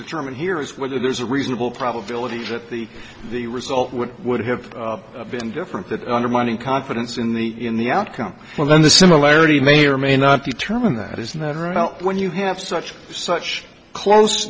determine here is whether there's a reasonable probability that the the result would would have been different that undermining confidence in the in the outcome well then the similarity may or may not determine that is there right now when you have such